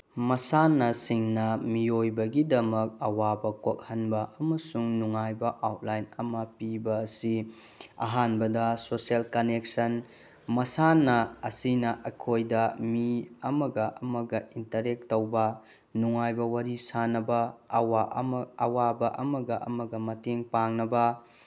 ꯃꯁꯥꯟꯅꯁꯤꯡꯅ ꯃꯤꯑꯣꯏꯕꯒꯤꯗꯃꯛ ꯑꯋꯥꯕ ꯀꯣꯛꯍꯟꯕ ꯑꯃꯁꯨꯡ ꯅꯨꯡꯉꯥꯏꯕ ꯑꯥꯎꯠꯂꯥꯏꯟ ꯑꯃ ꯄꯤꯕ ꯑꯁꯤ ꯑꯍꯥꯟꯕꯗ ꯁꯣꯁꯦꯜ ꯀꯅꯦꯛꯁꯟ ꯃꯁꯥꯟꯅ ꯑꯁꯤꯅ ꯑꯩꯈꯣꯏꯗ ꯃꯤ ꯑꯃꯒ ꯑꯃꯒ ꯏꯟꯇꯔꯦꯛ ꯇꯧꯕ ꯅꯨꯡꯉꯥꯏꯕ ꯋꯥꯔꯤ ꯁꯥꯅꯕ ꯑꯋꯥꯕ ꯑꯃꯒ ꯑꯃꯒ ꯃꯇꯦꯡ ꯄꯥꯡꯅꯕ